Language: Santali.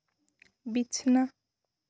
ᱵᱤᱪᱷᱱᱟᱹ